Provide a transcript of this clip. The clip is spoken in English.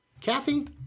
Kathy